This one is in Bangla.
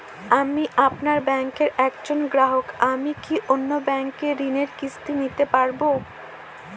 আমি আপনার ব্যাঙ্কের একজন গ্রাহক আমি কি অন্য ব্যাঙ্কে ঋণের কিস্তি দিতে পারবো?